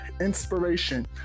inspiration